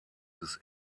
des